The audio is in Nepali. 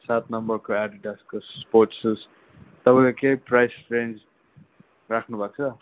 सात नम्बरको एडिडासको स्पोर्ट्स सुज तपाईँले केही प्राइस रेन्ज राख्नुभएको छ